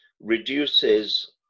reduces